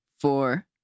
Four